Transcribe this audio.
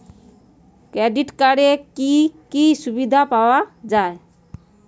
Credit কার্ডের কি কি সুবিধা পাওয়া যায়?